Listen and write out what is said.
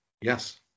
yes